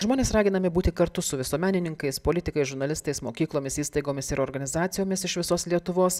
žmonės raginami būti kartu su visuomenininkais politikais žurnalistais mokyklomis įstaigomis ir organizacijomis iš visos lietuvos